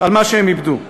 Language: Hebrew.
על מה שהם איבדו.